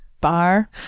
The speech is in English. Bar